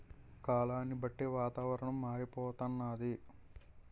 కాలాన్ని బట్టి వాతావరణం మారిపోతన్నాది